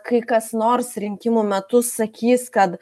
kai kas nors rinkimų metu sakys kad